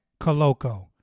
Coloco